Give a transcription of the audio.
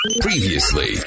Previously